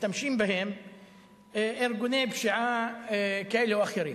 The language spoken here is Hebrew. משתמשים בהם ארגוני פשיעה כאלה או אחרים.